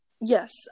Yes